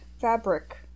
fabric